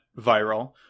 viral